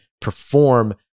perform